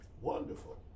Wonderful